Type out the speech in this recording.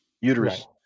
uterus